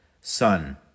Son